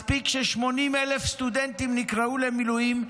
מספיק ש-80,000 סטודנטים נקראו למילואים,